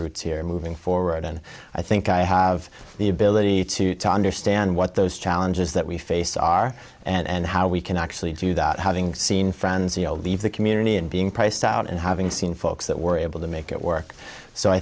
roots here moving forward and i think i have the ability to understand what those challenges that we face are and how we can actually do that having seen friends the old leave the community and being priced out and having seen folks that were able to make it work so i